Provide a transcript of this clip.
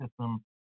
system